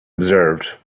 observed